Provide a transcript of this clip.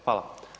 Hvala.